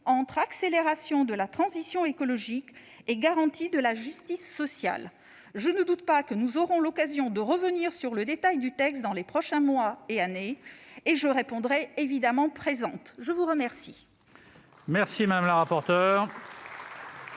entre accélération de la transition écologique et garantie de la justice sociale ? Je ne doute pas que nous aurons l'occasion de revenir sur le détail du texte dans les prochains mois et années. Je répondrai évidemment :« Présente !» La parole